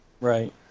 Right